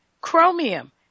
chromium